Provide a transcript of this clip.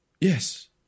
Yes